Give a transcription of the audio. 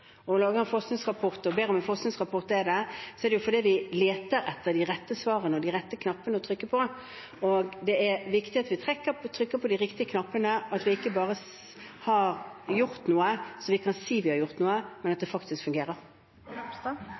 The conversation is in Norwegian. ber om forskningsrapporter, leter vi etter de rette svarene, de rette knappene å trykke på. Det er viktig at vi trykker på de riktige knappene og ikke bare gjør noe for å si at vi har gjort noe, men at det faktisk